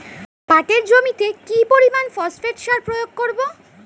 পাটের জমিতে কি পরিমান ফসফেট সার প্রয়োগ করব?